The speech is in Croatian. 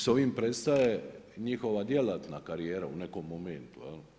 Sa ovim prestaje njihova djelatna karijera u nekom momentu.